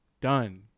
done